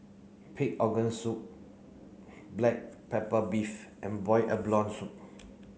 pig organ soup black pepper beef and boiled abalone soup